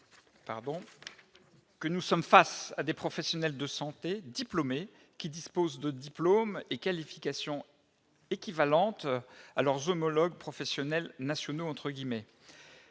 que nous sommes face à des professionnels de santé diplômés qui disposent de diplômes et qualifications équivalentes à leurs homologues professionnels nationaux